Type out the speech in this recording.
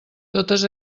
totes